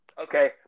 Okay